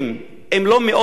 אם לא מאות אלפים,